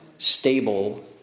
stable